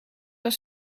als